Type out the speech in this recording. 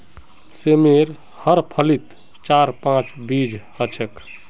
सेमेर हर फलीत चार पांच बीज ह छेक